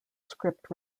script